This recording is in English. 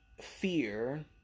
fear